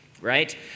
right